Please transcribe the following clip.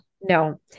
No